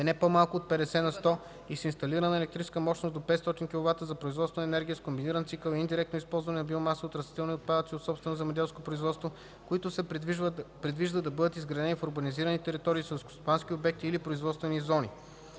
е не по-малко от 50 на сто, и с инсталирана електрическа мощност до 500kW за производство на енергия с комбиниран цикъл и индиректно използване на биомаса от растителни отпадъци от собствено земеделско производство, които се предвижда да бъдат изградени в урбанизирани територии, селскостопански обекти или производствени зони.”